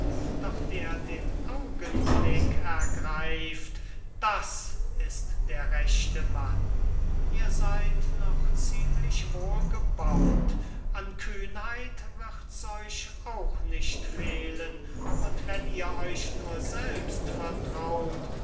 doch der den augenblick ergreift das ist der rechte mann ihr seyd noch ziemlich wohlgebaut an kühnheit wird's euch auch nicht fehlen und wenn ihr euch nur selbst vertraut